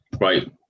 right